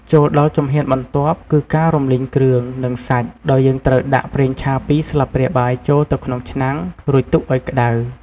ចូលដល់ជំហានបន្ទាប់ គឺការរំលីងគ្រឿង និងសាច់ ដោយយើងត្រូវដាក់ ប្រេងឆា ២ ស្លាបព្រាបាយចូលទៅក្នុងឆ្នាំង រួចទុកឱ្យក្ដៅ។